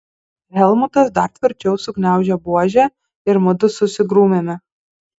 helmutas dar tvirčiau sugniaužė buožę ir mudu susigrūmėme